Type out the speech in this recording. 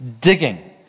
digging